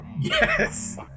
Yes